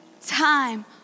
time